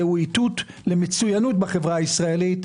וזה איתות למצוינות בחברה הישראלית,